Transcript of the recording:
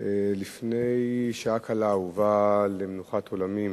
לפני שעה קלה הובא למנוחת עולמים